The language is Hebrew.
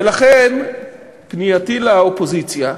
ולכן פנייתי לאופוזיציה,